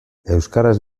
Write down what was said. euskaraz